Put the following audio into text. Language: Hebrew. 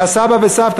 והסבא וסבתא,